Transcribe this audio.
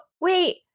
wait